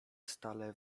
stale